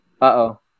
Uh-oh